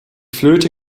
flöte